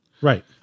Right